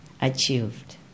achieved